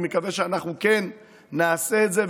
אני מקווה שאנחנו כן נעשה את זה,